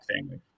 family